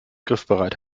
griffbereit